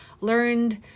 learned